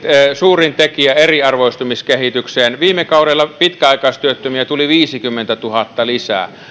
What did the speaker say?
suurin tekijä eriarvoistumiskehitykseen viime kaudella pitkäaikaistyöttömiä tuli viisikymmentätuhatta lisää